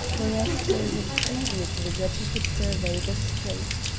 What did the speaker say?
whereas during his previous visit he could survey the street.